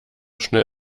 schnell